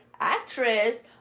actress